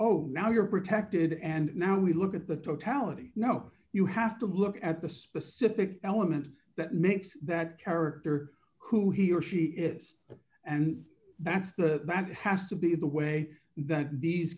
oh now you're protected and now we look at the totality you know you have to look at the specific element that makes that character who he or she is and that's the that has to be the way that these